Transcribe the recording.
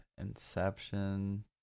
Inception